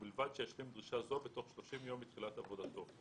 ובלבד שישלים דרישה זו בתוך 30 ימים מתחילת עבודתו.